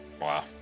Wow